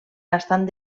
bastant